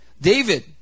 David